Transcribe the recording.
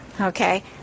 Okay